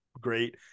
great